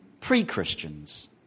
pre-Christians